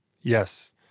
Yes